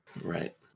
Right